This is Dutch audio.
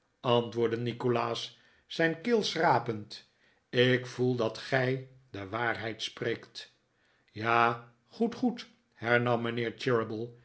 antwoordde nikolaas zijn keel schrapend ik voel dat gij de waarheid spreekt ja goed goed hernam mijnheer